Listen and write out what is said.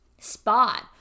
spot